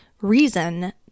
reason